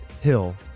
hill